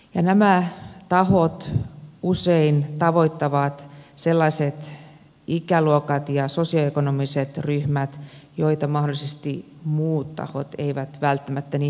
nämä tahot usein tavoittavat sellaiset ikäluokat ja sosioekonomiset ryhmät joita mahdollisesti muut tahot eivät välttämättä niin helposti tavoita